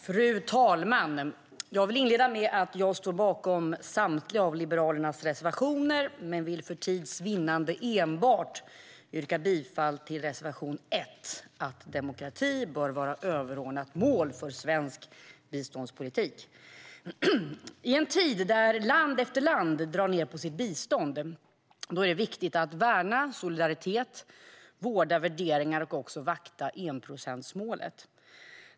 Fru talman! Jag vill inleda med att jag står bakom samtliga av Liberalernas reservationer, men jag vill för tids vinnande yrka bifall till enbart reservation 1 - demokrati bör vara ett överordnat mål för svensk biståndspolitik. I en tid där land efter land drar ned på sitt bistånd är det viktigt att värna solidaritet, vårda värderingar och vakta enprocentsmålet.